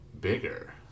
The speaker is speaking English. bigger